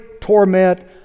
torment